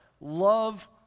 love